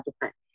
different